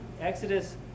Exodus